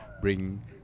bring